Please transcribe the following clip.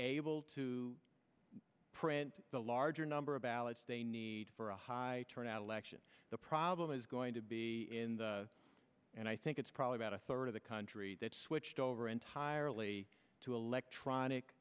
able to print the larger number of ballots they need for a high turnout election the problem is going to be and i think it's probably about a third of the country that switched over entirely to electronic